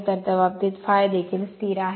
तर त्या बाबतीत ∅ देखील स्थिर आहे